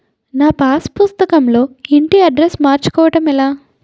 నా పాస్ పుస్తకం లో ఇంటి అడ్రెస్స్ మార్చుకోవటం ఎలా?